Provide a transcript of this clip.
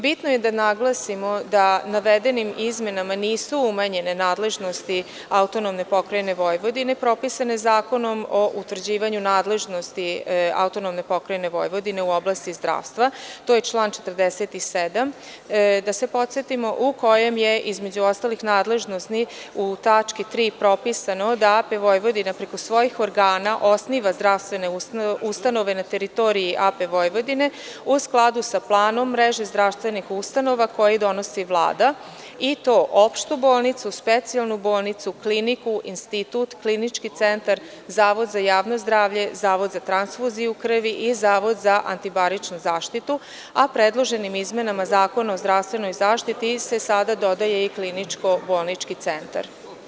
Bitno je da naglasimo da navedenim izmenama nisu umanjene nadležnosti AP Vojvodine, propisane Zakonom o utvrđivanju nadležnosti AP Vojvodine u oblasti zdravstva, to je član 47, da se podsetimo, u kojem je, između ostalih nadležnosti, u tački 3) propisano da AP Vojvodina, preko svojih organa, osniva zdravstvene ustanove na teritoriji AP Vojvodine, u skladu sa planom mreže zdravstvenih ustanova koje donosi Vlada, i to: opštu bolnicu, specijalnu bolnicu, kliniku, institut, klinički centar, Zavod za javno zdravlje, Zavod za transfuziju krvi i Zavod za antibaričnu zaštitu, a predloženim izmenama Zakona o zdravstvenoj zaštiti sada se dodaje i kliničko-bolnički centar.